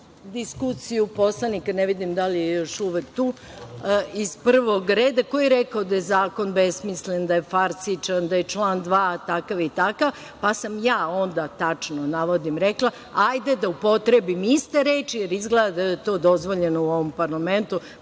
ne vidim da li je još uvek tu, iz prvog reda, koji je rekao da je zakon besmislen, da je farsičan, da je član 2. takav i takav. Pa, sam ja onda, tačno navodim, rekla – hajde da upotrebim iste reči, jer izgleda da je to dozvoljeno u ovom parlamentu,